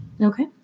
Okay